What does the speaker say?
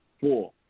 four